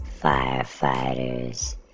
firefighters